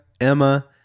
Emma